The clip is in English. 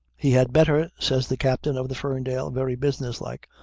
he had better, says the captain of the ferndale very businesslike,